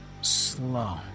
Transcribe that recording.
slow